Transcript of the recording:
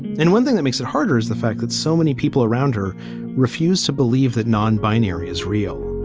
and one thing that makes it harder is the fact that so many people around her refused to believe that non binary is real.